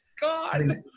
God